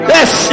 Yes